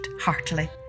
heartily